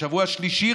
שבוע שלישי,